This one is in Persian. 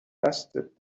دستت